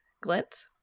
Glint